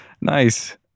nice